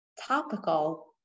topical